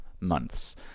months